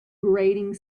grating